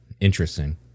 interesting